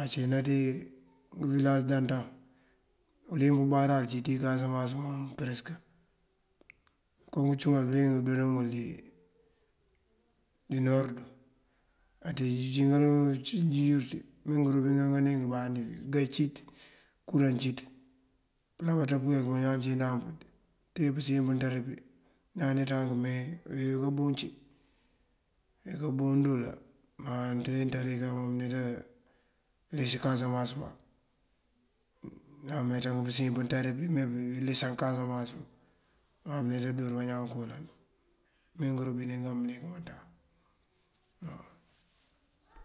acína dí ngëwilas dantaŋ uleemp ubarir cíţ dí kasamas muwan përesëk. Ngënko ngëcumal bëliyëng doola ngun dí norëndun aţí ací kaloŋ ti jurjur ti me ngërobinet angandúurenk ambandi iga cíţ kuraŋ cíţ. Pëlabaţa pëyeek pumpi bañaan cínampun ti tee pësiyën pënţari pí ñaan neeţa wak mee aweeka buncí uwee kaa bundoola. Má nţari nţari kay mom neeţa les kasamas mak ñaan meeţank pësiyën nţari pí me nebulesank kasamas má buneeţa door bañaan koo me ngërobinet ngan mëlik man tañ.